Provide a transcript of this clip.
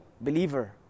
believer